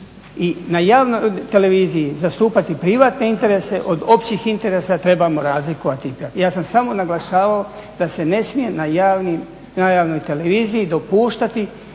na javnoj televiziji zastupati privatne interese od općih interesa trebamo razlikovati. Ja sam samo naglašavao da se ne smije na javnoj televiziji dopuštati